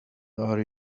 are